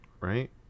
right